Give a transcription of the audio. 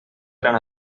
gran